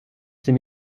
ses